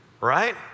Right